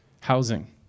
Housing